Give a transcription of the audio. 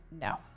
no